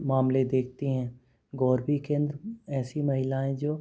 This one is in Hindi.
मामले देखती हैं गोरबी केंद्र ऐसी महिलाऍं जो